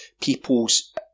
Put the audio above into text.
people's